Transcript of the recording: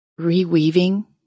reweaving